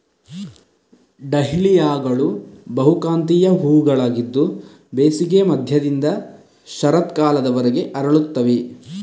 ಡಹ್ಲಿಯಾಗಳು ಬಹುಕಾಂತೀಯ ಹೂವುಗಳಾಗಿದ್ದು ಬೇಸಿಗೆಯ ಮಧ್ಯದಿಂದ ಶರತ್ಕಾಲದವರೆಗೆ ಅರಳುತ್ತವೆ